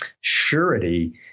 surety